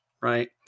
right